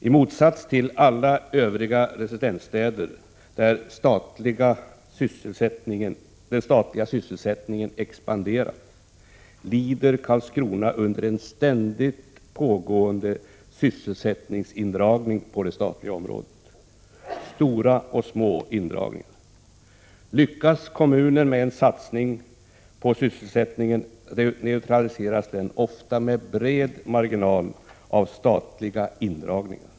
I motsats till alla övriga residensstäder, där den statliga sysselsättningen expanderar, lider Karlskrona under en ständigt pågående sysselsättningsindragning på det statliga området — stora och små indragningar. Lyckas kommunen med en satsning på sysselsättningen, neutraliseras den ofta med bred marginal av statliga indragningar.